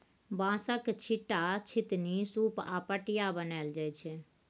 बाँसक, छीट्टा, छितनी, सुप आ पटिया बनाएल जाइ छै